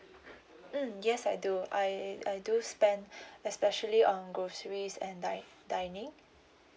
mm yes I do I I do spend especially on groceries and din~ dining